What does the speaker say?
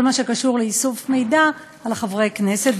מה שקשור לאיסוף מידע על חברי כנסת,